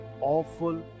awful